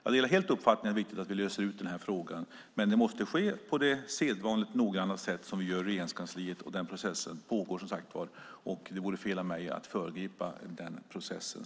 Jag delar helt uppfattningen att det är viktigt att vi löser den här frågan. Men det måste ske på sedvanligt noggrant sätt, som vi gör i Regeringskansliet. Den processen pågår, som sagt. Det vore fel av mig att föregripa den processen.